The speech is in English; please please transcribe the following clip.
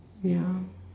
ya